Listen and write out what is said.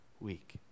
week